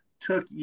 took